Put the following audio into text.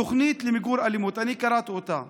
תוכנית למיגור אלימות, אני קראתי אותה.